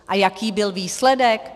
A jaký byl výsledek?